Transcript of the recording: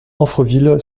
amfreville